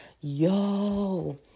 Yo